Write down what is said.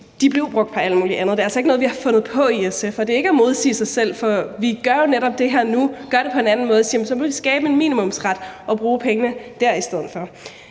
af, blev brugt på alt muligt andet ude i kommunerne. Det er altså ikke noget, vi har fundet på i SF, og det er ikke at modsige sig selv, for vi gør jo netop det her på en anden måde nu og siger, at så må vi skabe en minimumsret og bruge pengene dér i stedet for.